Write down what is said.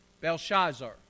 Belshazzar